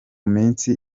minsi